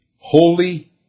holy